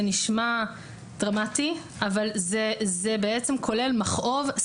זה נשמע דרמטי אבל זה בעצם כולל מכאוב.